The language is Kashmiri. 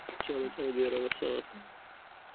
چَلو چَلو بِہِو رۄبَس حوال